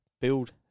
build